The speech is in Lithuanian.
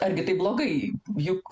argi tai blogai juk